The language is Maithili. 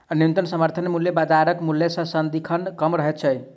न्यूनतम समर्थन मूल्य बाजारक मूल्य सॅ सदिखन कम रहैत छै